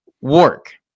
work